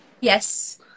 Yes